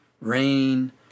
rain